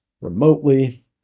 remotely